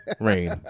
Rain